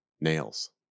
nails